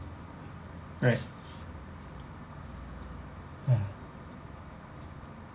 right ya